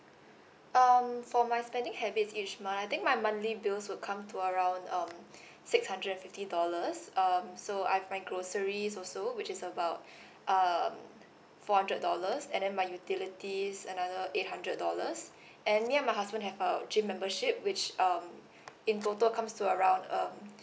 um for my spending habits each my I think my monthly bills would come to around um six hundred fifty dollars um so I've my groceries also which is about um four hundred dollars and then my utilities another eight hundred dollars and me and my husband have our gym membership which um in total comes to around um